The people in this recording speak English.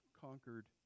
conquered